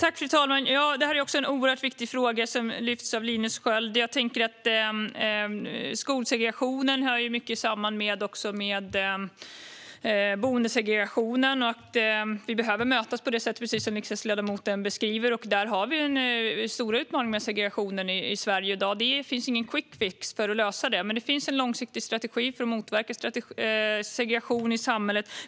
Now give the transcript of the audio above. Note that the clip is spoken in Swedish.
Fru talman! Också detta är en oerhört viktig fråga som lyfts av Linus Sköld. Jag tänker att skolsegregationen i mycket hör samman med boendesegregationen. Vi behöver mötas, precis på det sätt som riksdagsledamoten beskriver, och vi har stora utmaningar med segregationen i Sverige i dag. Det finns ingen quick fix för att lösa det, men det finns en långsiktig strategi för att motverka segregationen i samhället.